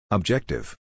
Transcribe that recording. Objective